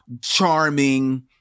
charming